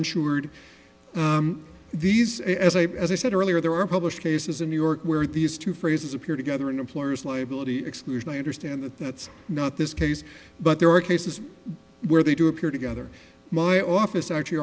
insured these as a as i said earlier there are published cases in new york where these two phrases appear together and employers liability exclusion i understand that that's not this case but there are cases where they do appear together my office actually